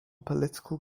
political